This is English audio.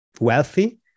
wealthy